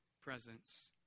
presence